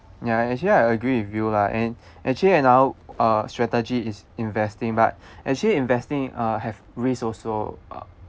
ya actually I agree with you lah and actually another uh strategy is investing but actually investing uh have risk also uh